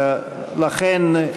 כן.